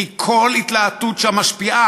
כי כל התלהטות שם משפיעה.